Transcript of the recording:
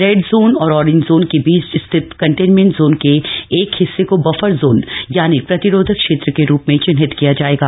red zone और orange zone के बीच स्थित कंटेन्मेंट क्षेत्र के एक हिस्से को बफर जोन यानी प्रतिरोधक क्षेत्र के रूप में चिन्हित किया जाएगा